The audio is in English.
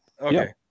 Okay